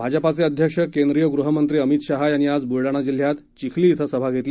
भाजपाचे अध्यक्ष केंद्रीय गृहमंत्री अमित शाह यांची आज बुलडाणा जिल्ह्यात चिखली इथं सभा झाली